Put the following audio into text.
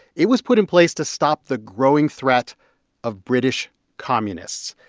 it was put in place to stop the growing threat of british communists.